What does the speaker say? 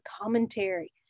commentary